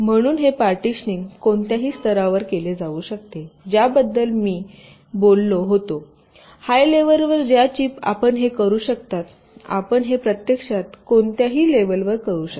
म्हणून हे पार्टिशनिंग कोणत्याही स्तरावर केले जाऊ शकते ज्या बद्दल मी त्याबद्दल बोललो होतो हाय लेवलवर ज्या चीप आपण हे करू शकता आपण हे प्रत्यक्षात कोणत्याही लेवलवर करू शकता